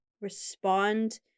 respond